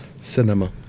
cinema